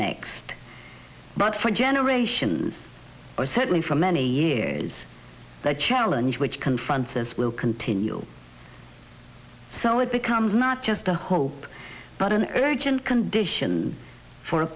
next but for generations or certainly for many years the challenge which confront this will continue so it becomes not just a hope but an urgent condition for